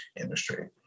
industry